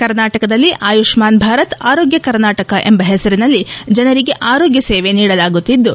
ಕರ್ನಾಟಕದಲ್ಲಿ ಆಯುಷ್ನಾನ್ ಭಾರತ್ ಆರೋಗ್ಯ ಕರ್ನಾಟಕ ಎಂಬ ಹೆಸರಿನಲ್ಲಿ ಜನರಿಗೆ ಆರೋಗ್ಯ ಸೇವೆ ನೀಡಲಾಗುತ್ತಿದ್ದು